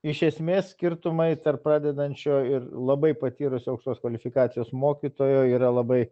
iš esmės skirtumai tarp pradedančio ir labai patyrusio aukštos kvalifikacijos mokytojo yra labai